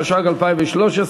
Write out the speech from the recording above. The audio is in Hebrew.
התשע"ג 2013,